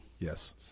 Yes